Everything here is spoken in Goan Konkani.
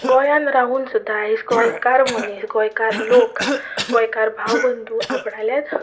गोंयांत रावून सुद्दां आयज गोंयकार मनीस गोंयकार लोक गोंयकार भावबंदू आपणाले